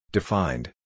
Defined